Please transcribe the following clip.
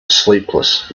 sleepless